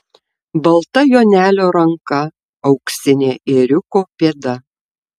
balta jonelio ranka auksinė ėriuko pėda